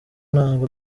ntabwo